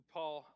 Paul